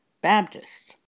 Baptist